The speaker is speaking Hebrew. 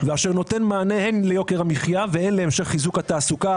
ואשר נותן מענה הן ליוקר המחייה והן להמשך חיזוק התעסוקה,